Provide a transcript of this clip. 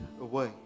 away